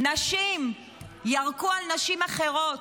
נשים ירקו על נשים אחרות.